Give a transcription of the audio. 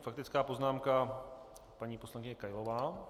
Faktická poznámka, paní poslankyně Kailová.